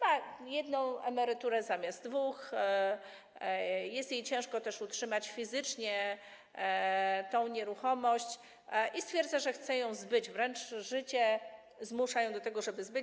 Ma jedną emeryturę zamiast dwóch, jest jej ciężko utrzymać fizycznie tę nieruchomość i stwierdza, że chce ją zbyć, wręcz życie zmusza ją do tego, żeby ją zbyć.